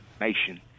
nation